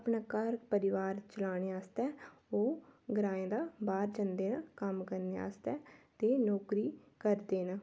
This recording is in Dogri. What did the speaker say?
अपने घर परिवार चलाने आस्तेै ओह् ग्राएं दा बाह्र जंदे न कम्म करने आस्तै ते नौकरी करदे न